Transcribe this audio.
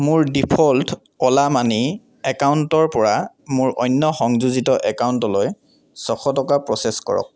মোৰ default Ola money একাউন্টৰ পৰা মোৰ অন্য সংযোজিত একাউন্টলৈ ছশ টকা প্ৰ'চেছ কৰক